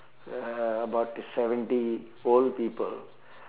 uh about seventy old people